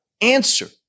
answer